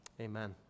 Amen